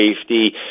safety